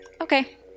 Okay